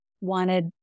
wanted